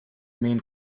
main